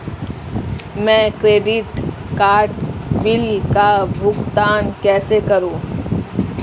मैं credit card bill का भुगतान कैसे करूं?